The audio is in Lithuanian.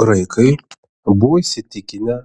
graikai buvo įsitikinę